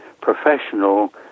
professional